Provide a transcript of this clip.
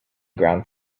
ground